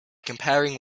comparing